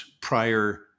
prior